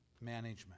management